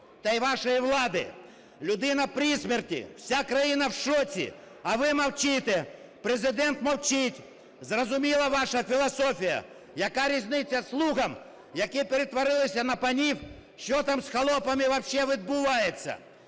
та і вашої влади. Людина при смерті, вся країна в шоці. А ви мовчите, Президент мовчить. Зрозуміла ваша філософія: яка різниця слугам, які перетворилися на панів, що там з холопами вообще відбувається.